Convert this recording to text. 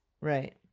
right